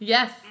Yes